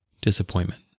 disappointment